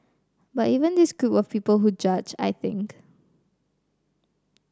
but even this group of people who judge I think